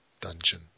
dungeon